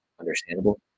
understandable